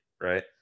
right